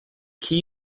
key